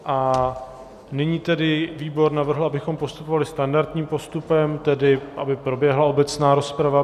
A nyní tedy výbor navrhl, abychom postupovali standardním postupem, tedy, aby proběhla obecná rozprava.